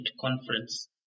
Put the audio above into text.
conference